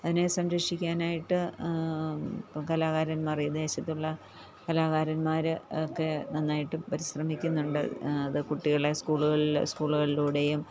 അതിനെ സംരക്ഷിക്കാനായിട്ട് ഇപ്പം കലാകാരൻമാർ ഈ ദേശത്തുള്ള കലാകാരന്മാർ ഒക്കെ നന്നായിട്ട് പരിശ്രമിക്കുന്നുണ്ട് അത് കുട്ടികളെ സ്കൂളുകളിൽ സ്കൂളുകളിലൂടെയും